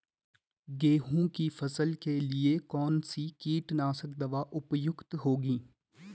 गेहूँ की फसल के लिए कौन सी कीटनाशक दवा उपयुक्त होगी?